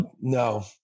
no